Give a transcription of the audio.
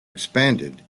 expanded